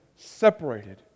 separated